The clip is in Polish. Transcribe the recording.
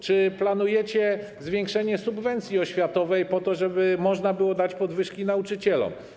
Czy planujecie zwiększenie subwencji oświatowej po to, żeby można było dać podwyżki nauczycielom?